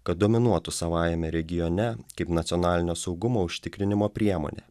kad dominuotų savajame regione kaip nacionalinio saugumo užtikrinimo priemonė